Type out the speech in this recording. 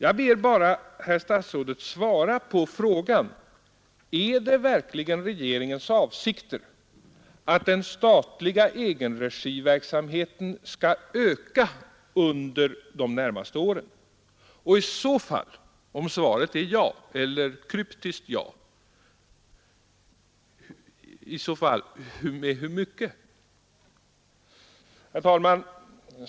Jag ber bara herr statsrådet svara på frågan: Är det verkligen regeringens avsikt att den statliga egenregiverksamheten skall öka under de närmaste åren, och — om svaret är ja eller ett kryptiskt ja — i så fall med hur mycket? Herr talman!